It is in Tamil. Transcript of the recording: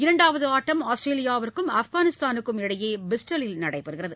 இரண்டாவது ஆட்டம் ஆஸ்திரேலியாவுக்கும் ஆப்கானிஸ்தானுக்கும் இடையே பிரிஸ்டலில் நடைபெறுகிறது